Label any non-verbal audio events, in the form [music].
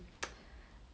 [noise]